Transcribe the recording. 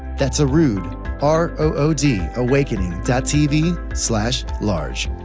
that's arood, r o o d, awakening tv large.